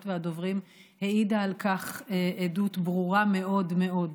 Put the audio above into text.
והדוברים העידה על כך עדות ברורה מאוד מאוד.